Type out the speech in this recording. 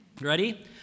Ready